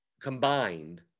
combined